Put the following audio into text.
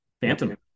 phantom